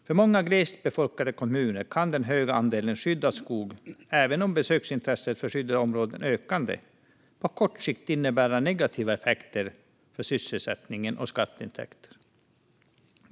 För många glest befolkade kommuner kan den höga andelen skyddad skog, även om besöksintresset för skyddade områden är ökande, på kort sikt innebära negativa effekter för sysselsättning och skatteintäkter.